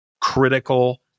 critical